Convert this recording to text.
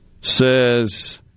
says